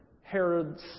Herod's